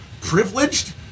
privileged